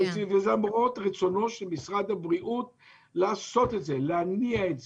למרות רצונו של משרד הבריאות להניע את זה.